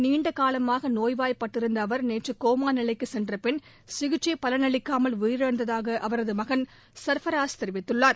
நீண்டகாலமாக நோய்வாய்ப்பட்டிருந்த அவர் நேற்று ஹோமா நிலைக்கு சென்றபின் சிகிச்சை பலனளிக்காமல் உயிரிழந்ததாக அவரது மகன் சர்ஃபராஸ் தெரிவித்தார்